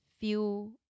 feel